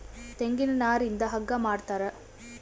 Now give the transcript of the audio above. ತೆಂಗಿನ ನಾರಿಂದ ಹಗ್ಗ ಮಾಡ್ತಾರ